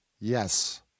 Yes